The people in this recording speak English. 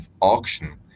auction